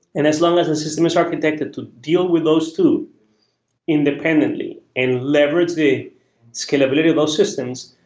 and as long as the system is architected to deal with those two independently and leverage the scalability of those systems,